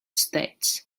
states